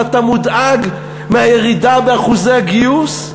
ואתה מודאג מהירידה באחוזי הגיוס.